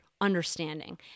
understanding